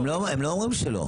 הם לא אומרים שלא.